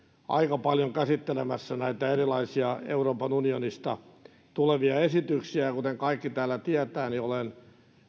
aika paljon käsittelemässä näitä erilaisia euroopan unionista tulevia esityksiä kuten kaikki täällä tietävät olen